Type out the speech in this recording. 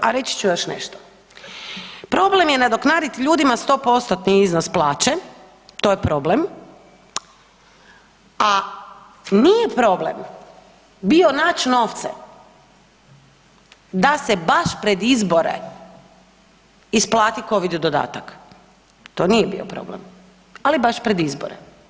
A reći ću još nešto, problem je nadoknaditi ljudima 100% iznos plaće to je problem, a nije problem bio nać novce da se baš pred izbore isplati covid dodatak, to nije bio problem, ali baš pred izbore.